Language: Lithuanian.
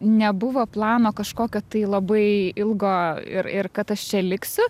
nebuvo plano kažkokio tai labai ilgo ir ir kad aš čia liksiu